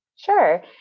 Sure